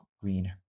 green